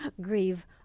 grieve